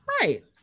Right